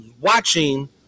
watching